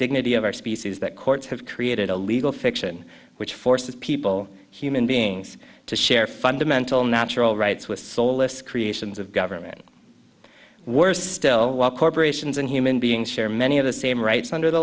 dignity of our species that courts have created a legal fiction which forces people human beings to share fundamental natural rights with soulless creations of government worse still while corporations and human beings share many of the same rights under the